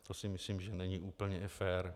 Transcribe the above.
To si myslím, že není úplně fér.